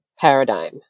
paradigm